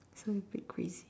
so a bit crazy